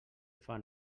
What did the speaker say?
fan